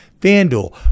FanDuel